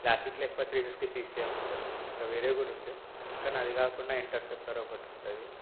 క్లాసిక్లో ఎక్కువ three fifty సిసియే ఉంటుంది ఇంకా వేరేవి కూడా ఉంటాయి కానీ అది కాకుండా ఇంటర్సెప్టార్ ఒకటి ఉంటుంది